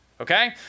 Okay